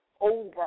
over